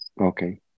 Okay